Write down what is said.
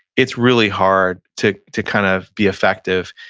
it's really hard to to kind of be effective,